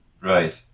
Right